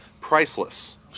priceless